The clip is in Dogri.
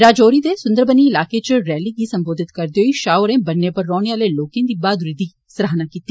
राजौरी दे सुनदरबनी इलाके इच रैली गी संबोधित करदे होई शाह होरें ब'न्ने उप्पर रौहने आलें लोकें दी बहादुरी दी सराहना कीती